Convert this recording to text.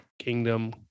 kingdom